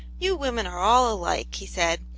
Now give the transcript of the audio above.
you women are all alike, he said,